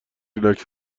ریلکس